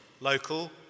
local